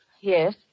Yes